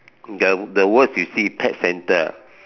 the the words you see pet centre